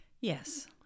Yes